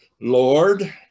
Lord